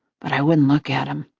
but i wouldn't look at him.